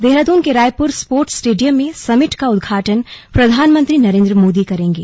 देहरादून के Raipur sports stadium में summit का उद्घाटन प्रधानमंत्री नरेंद्र मोदी करेंगे